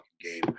game